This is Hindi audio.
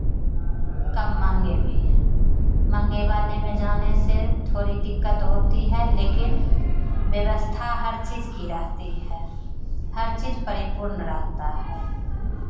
कम महंगे भी हैं महंगे वाले में जाने से थोड़ी दिक्कत होती है लेकिन व्यवस्था हर चीज़ की रहती है हर चीज़ परिपूर्ण रहता है